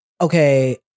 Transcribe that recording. okay